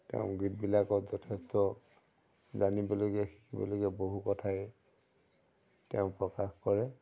তেওঁৰ গীতবিলাকত যথেষ্ট জানিবলগীয়া শিকিবলগীয়া বহু কথাই তেওঁ প্ৰকাশ কৰে